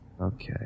okay